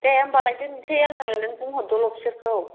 दे होनबालाय दोनसै आङो नों बुंहरदोल' बिसोरखौ